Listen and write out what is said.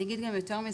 אני גם אגיד יותר מזה,